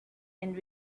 and